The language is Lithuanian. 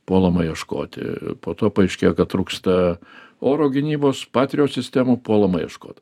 puolama ieškoti po to paaiškėja kad trūksta oro gynybos patriot sistemų puolama ieškot